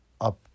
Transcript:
up